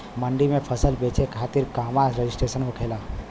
मंडी में फसल बेचे खातिर कहवा रजिस्ट्रेशन होखेला?